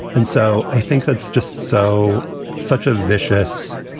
and so i think that's just so such a vicious.